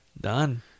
Done